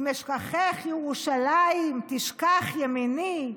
"אם אשכחך ירושלים תשכח ימיני",